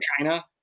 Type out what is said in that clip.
China